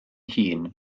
hŷn